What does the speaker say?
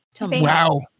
wow